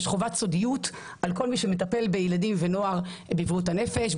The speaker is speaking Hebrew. יש חובת סודיות על כל מי שמטפל בילדים ונוער בבריאות הנפש,